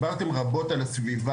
אתם דיברתם פה רבות על הסביבה,